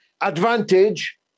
Advantage